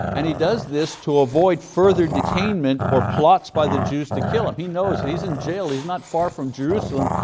and he does this to avoid further detainment or plots by the jews to kill him. he knows he's in jail, he's not far from jerusalem,